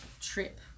trip